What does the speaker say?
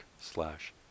slash